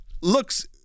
looks